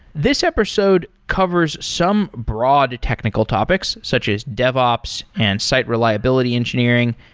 this episode covers some broad technical topics, such as devops, and site reliability engineering,